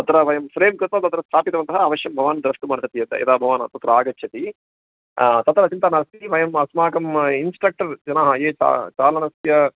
तत्र वयं फ़्रेम् कृत्वा तत्र स्थापितवन्तः अवश्यं भवान् द्रष्टुमर्हति यत् यदा भवान् तत्र आगच्छति तत्र चिन्ता नास्ति वयम् अस्माकम् इन्स्ट्रक्टर् जनाः ये चालनं चालनस्य